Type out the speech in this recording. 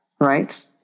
right